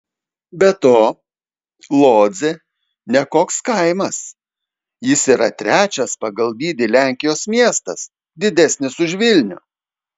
be to lodzė ne koks kaimas jis yra trečias pagal dydį lenkijos miestas didesnis už vilnių